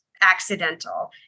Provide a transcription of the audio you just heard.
accidental